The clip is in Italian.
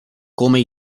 come